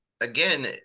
again